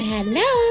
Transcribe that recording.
Hello